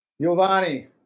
Giovanni